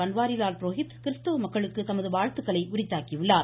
பன்வாரிலால் புரோஹித் கிறிஸ்தவ மக்களுக்கு தமது வாழ்த்துக்களை உரித்தாக்கியுள்ளார்